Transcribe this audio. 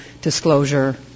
disclosure